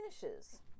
finishes